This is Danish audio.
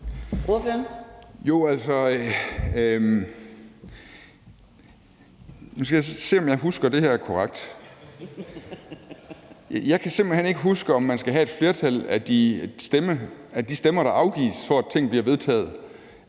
Nu skal jeg se, om jeg husker det her korrekt. Jeg kan simpelt hen ikke huske, om man skal have et flertal af de stemmer, der afgives, for at ting bliver vedtaget,